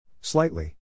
Slightly